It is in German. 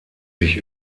sich